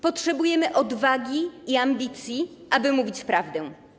Potrzebujemy odwagi i ambicji, aby mówić prawdę.